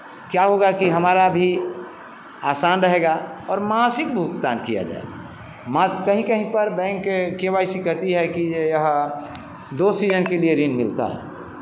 क्या होगा कि हमारा भी आसान रहेगा और मासिक भुगतान किया जाएगा मात्र कहीं कहीं पर बैंक के वाय सी कहती है कि यह दो सीजन के लिए ही मिलता है